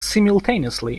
simultaneously